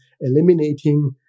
eliminating